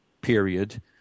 period